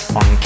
on